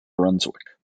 brunswick